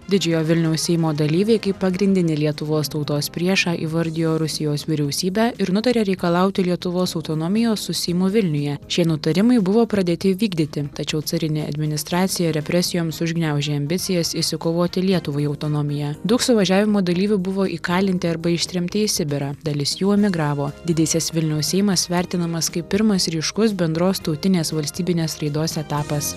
didžiojo vilniaus seimo dalyviai kaip pagrindinį lietuvos tautos priešą įvardijo rusijos vyriausybę ir nutarė reikalauti lietuvos autonomijos su seimu vilniuje šie nutarimai buvo pradėti vykdyti tačiau carinė administracija represijoms užgniaužė ambicijas išsikovoti lietuvai autonomiją daug suvažiavimo dalyvių buvo įkalinti arba ištremti į sibirą dalis jų emigravo didysis vilniaus seimas vertinamas kaip pirmas ryškus bendros tautinės valstybinės raidos etapas